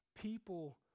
People